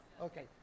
Okay